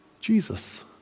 Jesus